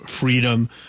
freedom